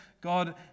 God